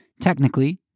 Technically